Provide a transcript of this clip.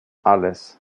alles